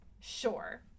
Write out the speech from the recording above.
Sure